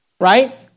right